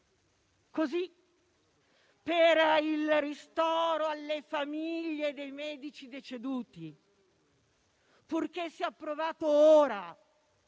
Così per il ristoro alle famiglie dei medici deceduti, purché sia approvato ora,